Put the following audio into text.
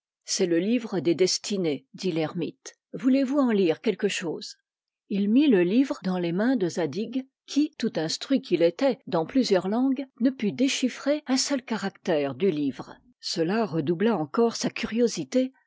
le livre des destinées dit l'ermite voulez-vous en lire quelque chose il mit le livre dans les mains de zadig qui tout instruit qu'il était dans plusieurs langues ne put déchiffrer un seul caractère du livre cela redoubla encore sa curiosité